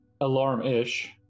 Alarm-ish